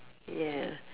yeah